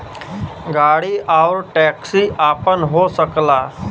गाड़ी आउर टैक्सी आपन हो सकला